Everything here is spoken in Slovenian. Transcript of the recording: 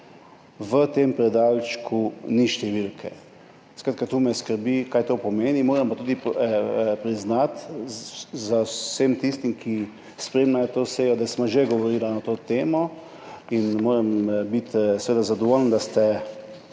v tem predalčku ni številke. Skrbi me, kaj to pomeni. Moramo pa tudi priznati, za vse tiste, ki spremljajo to sejo, da sva že govorila o tej temi in moram biti seveda zadovoljen, da ste